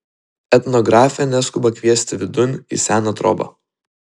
etnografė neskuba kviesti vidun į seną trobą